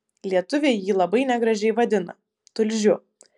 lietuviai jį labai negražiai vadina tulžiu